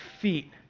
feet